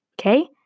okay